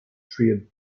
trade